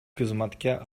кызматка